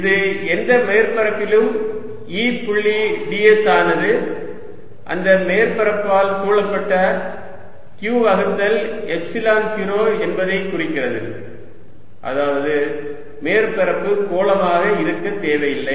இது எந்த மேற்பரப்பிலும் E புள்ளி ds ஆனது அந்த மேற்பரப்பால் சூழப்பட்ட q வகுத்தல் எப்சிலன் 0 என்பதை குறிக்கிறது அதாவது மேற்பரப்பு கோளமாக இருக்க தேவையில்லை